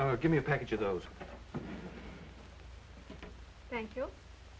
oh give me a package of those thank you